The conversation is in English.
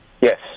Yes